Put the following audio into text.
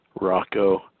Rocco